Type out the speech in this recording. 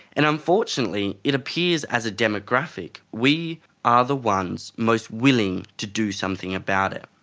and unfortunately it appears as a demographic we are the ones most willing to do something about it.